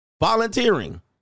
Volunteering